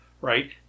right